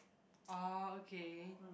oh okay